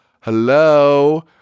Hello